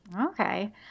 Okay